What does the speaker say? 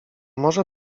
może